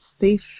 safe